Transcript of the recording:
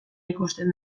ikusten